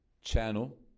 channel